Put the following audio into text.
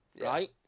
right